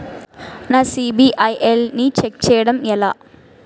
నా సిబిఐఎల్ ని ఛెక్ చేయడం ఎలా?